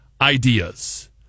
ideas